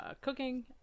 Cooking